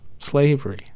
Slavery